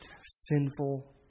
sinful